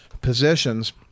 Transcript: positions